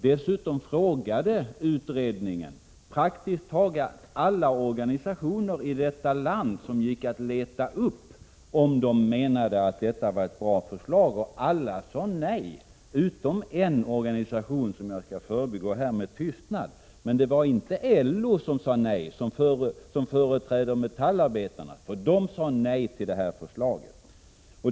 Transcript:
Dessutom frågade utredningen praktiskt taget alla organisationer i detta land, om de menade att det var ett bra förslag. Alla organisationer utom en, som jag skall förbigå med tystnad, sade nej. Det var inte LO som ju företräder metallarbetarna, för LO sade nej till förslaget.